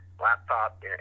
laptop